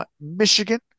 Michigan